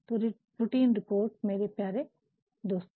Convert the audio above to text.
तो routine report मेरे प्यारे दोस्तों